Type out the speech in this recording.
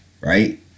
right